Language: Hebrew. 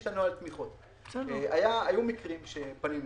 היו מקרים שפנינו,